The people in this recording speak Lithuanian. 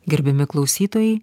gerbiami klausytojai